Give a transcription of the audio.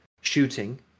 shooting